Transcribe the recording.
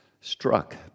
struck